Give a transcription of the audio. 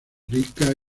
rica